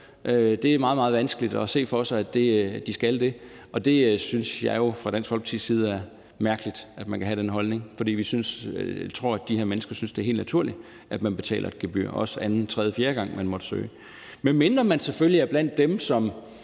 meget, meget vanskeligt ved at se for sig, at de skal det. Og det synes vi jo fra Dansk Folkepartis side er mærkeligt, altså at man kan have den holdning. For vi tror, at de her mennesker synes, at det er helt naturligt, at man betaler et gebyr, også anden eller tredje eller fjerde gang, man måtte søge, medmindre man selvfølgelig er blandt dem, som